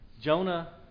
Jonah